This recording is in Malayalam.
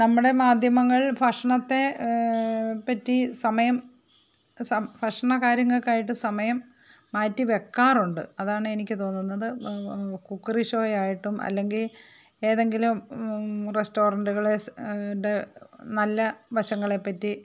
നമ്മുടെ മാധ്യമങ്ങൾ ഭക്ഷണത്തെ പറ്റി സമയം സം ഭക്ഷണ കാര്യങ്ങൾക്കായിട്ട് സമയം മാറ്റി വെക്കാറുണ്ട് അതാണ് എനിക്ക് തോന്നുന്നത് വ് വ് കൂക്കറി ഷോയായിട്ടും അല്ലെങ്കിൽ ഏതെങ്കിലും റെസ്റ്ററാൻറ്റുകൾ സ് ടെ നല്ല വശങ്ങളെ പറ്റി